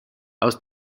aus